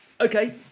Okay